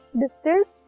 distilled